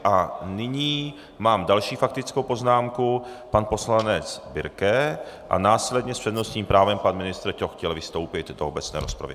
A nyní mám další faktickou poznámku, pan poslanec Birke, a následně s přednostním právem pan ministr Ťok chtěl vystoupit v obecné rozpravě.